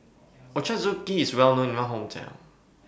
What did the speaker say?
Ochazuke IS Well known in My Hometown